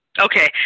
Okay